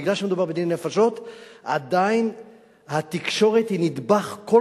בגלל שמדובר בדיני נפשות,